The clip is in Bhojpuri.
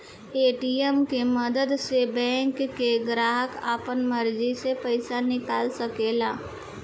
ए.टी.एम के मदद से बैंक के ग्राहक आपना मर्जी से पइसा निकाल सकेला